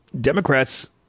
Democrats